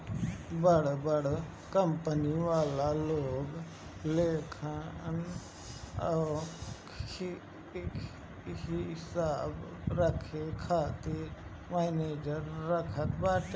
बड़ बड़ कंपनी वाला लोग लेखांकन कअ हिसाब रखे खातिर मनेजर रखत बाटे